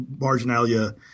marginalia